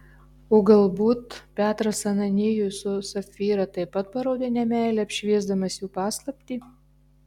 o galbūt petras ananijui su sapfyra taip pat parodė nemeilę apšviesdamas jų paslaptį